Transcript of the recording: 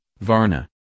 Varna